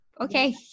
Okay